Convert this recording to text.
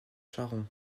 sharon